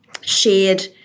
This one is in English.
shared